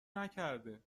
نکرده